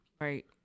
right